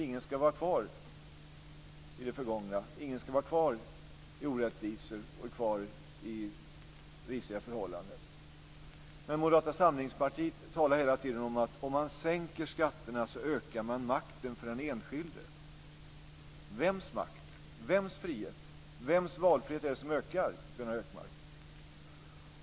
Ingen ska vara kvar i det förgångna, i orättvisor och i risiga förhållanden. Moderata samlingspartiet talar hela tiden om att om man sänker skatterna, ökar man makten för den enskilde. Vems makt? Vems valfrihet är det som ökar, Gunnar Hökmark?